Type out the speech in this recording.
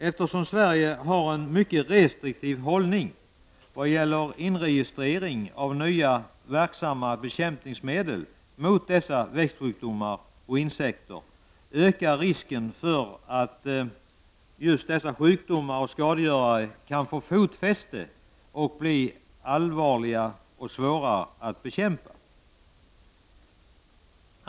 Eftersom Sverige har en mycket restriktiv hållning vad gäller inregistrering av nya verksamma bekämpningsmedel mot dessa växtsjukdomar och insekter, ökar risken för att dessa sjukdomar och skadegörare kan få fotfäste och bli allt svårare att bekämpa.